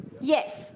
Yes